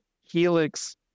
Helix